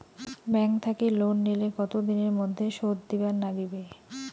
Bank থাকি loan নিলে কতো দিনের মধ্যে শোধ দিবার নাগিবে?